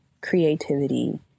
creativity